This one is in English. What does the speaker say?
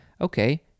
okay